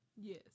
Yes